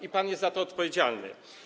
I pan jest za to odpowiedzialny.